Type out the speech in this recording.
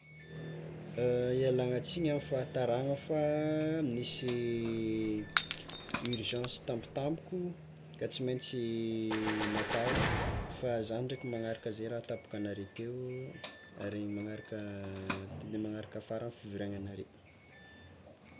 Ialagna tsiny amy fahatarana fa nisy urgence tampotampoko ka tsy maintsy natao, fa zah ndraiky magnaraka ze raha tapakinareo teo ary magnaraka ty de magnaraka afara amy fiveregnanareo.